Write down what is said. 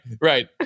right